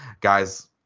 guys